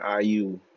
iu